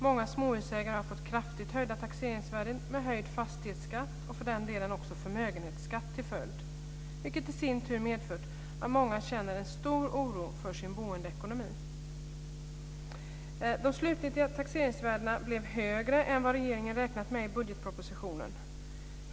Många småhusägare har fått kraftigt höjda taxeringsvärden med höjd fastighetsskatt och för den delen också förmögenhetsskatt som följd, vilket i sin tur medfört att många känner en stor oro för sin boendeekonomi. De slutliga taxereringsvärdena blev högre än vad regeringen hade räknat med i budgetpropositionen.